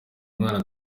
mwana